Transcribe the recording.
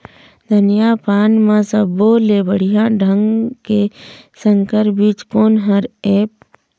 धनिया पान म सब्बो ले बढ़िया ढंग के संकर बीज कोन हर ऐप?